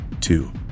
Two